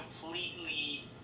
completely